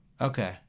Okay